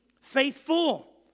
faithful